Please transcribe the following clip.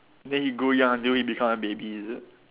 then he go young until he become a baby is it